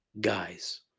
guys